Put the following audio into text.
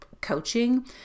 coaching